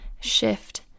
shift